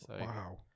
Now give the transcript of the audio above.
Wow